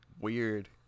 Weird